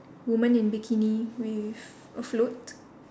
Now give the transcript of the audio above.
woman in bikini with a float